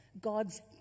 God's